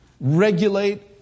regulate